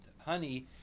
honey